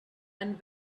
and